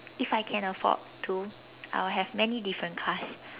if I can afford to I will have many different cars